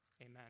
Amen